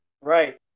Right